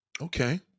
Okay